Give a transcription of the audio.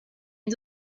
les